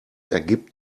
ergibt